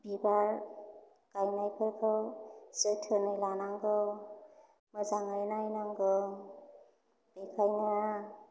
बिबार गायनायफोरखौ जोथोनै लानांगौ मोजाङै नायनांगौ बेखायनो